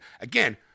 again